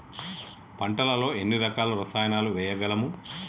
పంటలలో ఎన్ని రకాల రసాయనాలను వేయగలము?